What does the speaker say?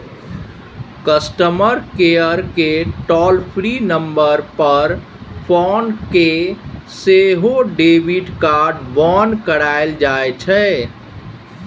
customer केयरकेँ toll free number पर phone कए सेहो डेबिट कार्ड बन्न कराएल जाइ छै